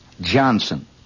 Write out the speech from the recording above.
Johnson